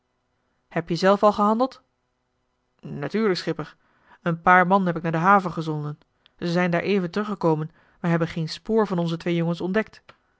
heb-je zelf al gehandeld natuurlijk schipper een paar man heb ik naar de haven gezonden ze zijn daareven teruggekomen maar hebben geen spoor van onze twee jongens ontdekt